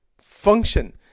function